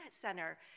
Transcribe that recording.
center